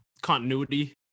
continuity